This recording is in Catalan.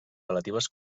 relatives